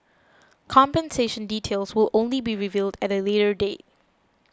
compensation details will only be revealed at a later date